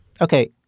Okay